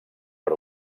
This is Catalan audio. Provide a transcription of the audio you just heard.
per